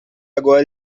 agora